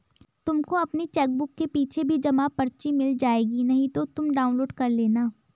तुमको अपनी चेकबुक के पीछे भी जमा पर्ची मिल जाएगी नहीं तो तुम डाउनलोड कर लेना